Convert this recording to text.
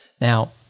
Now